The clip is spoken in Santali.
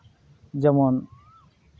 ᱡᱮᱢᱚᱱ